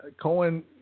Cohen